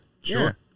sure